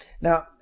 Now